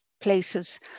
places